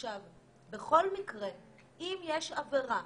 בכל מקרה אם יש עבירה